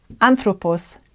anthropos